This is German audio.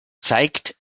zeigt